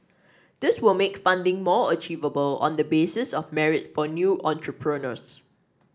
this will make funding more achievable on the basis of merit for new entrepreneurs